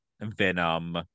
venom